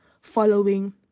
following